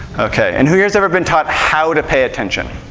okay, and who here's ever been taught how to pay attention?